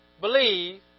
believe